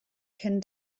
cyn